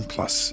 Plus